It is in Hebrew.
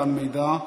מתן מידע),